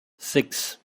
six